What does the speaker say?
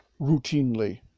routinely